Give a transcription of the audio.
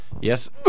Yes